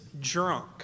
drunk